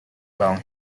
long